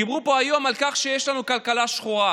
דיברו פה היום על כך שיש לנו כלכלה שחורה,